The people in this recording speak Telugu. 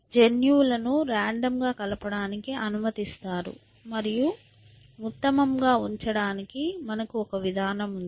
జన్యువులను రాండమ్ గా కలపడానికి అనుమతిస్తారు మరియు ఉత్తమంగా ఉంచడానికి మనకు ఒక విధానం ఉంది